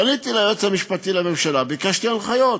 פניתי ליועץ המשפטי לממשלה וביקשתי הנחיות,